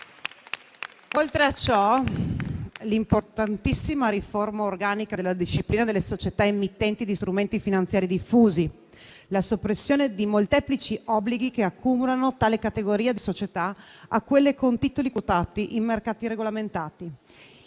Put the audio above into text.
Oltre a ciò, segnalo l'importantissima riforma organica della disciplina delle società emittenti di strumenti finanziari diffusi, la soppressione di molteplici obblighi che accomunano tale categoria di società a quelle con titoli quotati in mercati regolamentati.